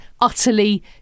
utterly